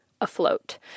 afloat